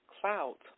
clouds